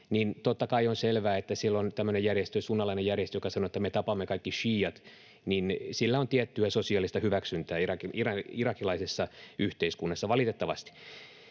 Totta kai on selvää, että kun siellä on tämmöinen järjestö, sunnilainen järjestö, joka sanoi, että me tapamme kaikki šiiat, niin sillä on tiettyä sosiaalista hyväksyntää irakilaisessa yhteiskunnassa, valitettavasti.